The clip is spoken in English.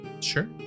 sure